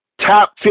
Top